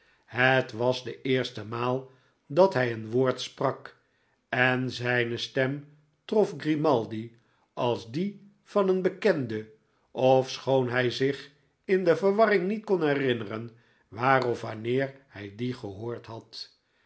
het was de eerste maal dat hy een woord sprak en zijne stem trof grimaldi als die van een bekende ofschoon hij zich in de verwarring niet kon herinneren waar of wanneer hij die gehoord had